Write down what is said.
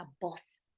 boss